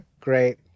Great